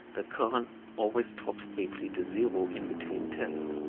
the current always drops briefly to zero in between tests.